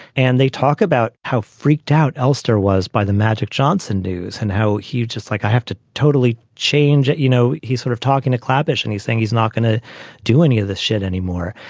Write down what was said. and they talk about how freaked out elster was by the magic johnson news and how he just like, i have to totally change. you know, he's sort of talking to clannish and he's saying he's not going to do any of this shit anymore.